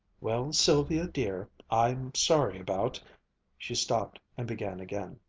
well, sylvia dear, i'm sorry about she stopped and began again.